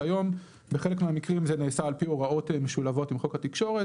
כיום בחלק מהמקרים זה נעשה על פי הוראות משולבות עם חוק התקשורת